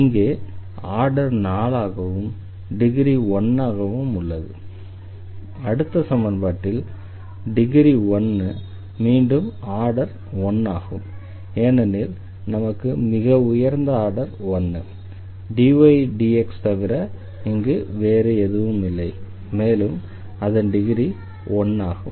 இங்கே ஆர்டர் 4 ஆகவும் டிகிரி 1 ஆகவும் உள்ளது அடுத்த சமன்பாட்டில் டிகிரி 1 மீண்டும் ஆர்டர் 1 ஆகும் ஏனெனில் நமக்கு மிக உயர்ந்த ஆர்டர் 1 ஆகும் dy dx தவிர இங்கே வேறு எதுவும் இல்லை மேலும் அதன் டிகிரி 1 ஆகும்